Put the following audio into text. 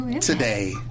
today